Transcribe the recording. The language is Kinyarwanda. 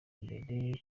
mbere